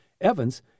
Evans